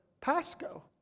Pasco